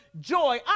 joy